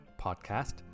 podcast